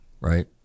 right